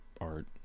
art